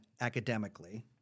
academically